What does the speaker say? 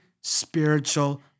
spiritual